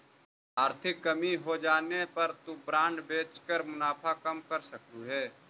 आर्थिक कमी होजाने पर तु बॉन्ड बेचकर मुनाफा कम कर सकलु हे